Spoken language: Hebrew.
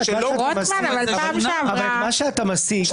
רוטמן, בוא תספר